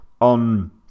on